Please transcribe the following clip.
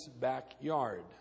backyard